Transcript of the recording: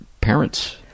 parents